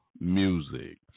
music